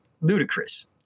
ludicrous